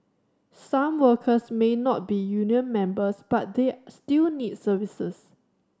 some workers may not be union members but they still need services